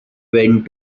went